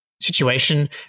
situation